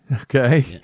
okay